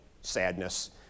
sadness